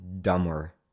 dumber